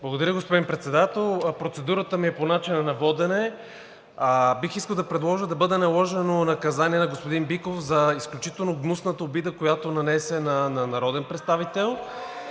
Благодаря, господин Председател. Процедурата ми е по начина на водене. Бих искал да предложа да бъде наложено наказание на господин Биков за изключително гнусната обида, която нанесе на народен представител.